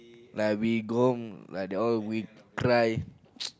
like we go like they all we cry